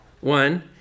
One